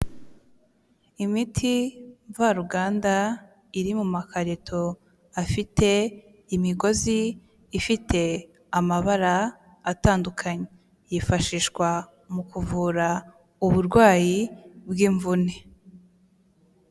Imiti mvaruganda iri mu makarito afite imigozi ifite amabara atandukanye, yifashishwa mu kuvura uburwayi bw'imvune.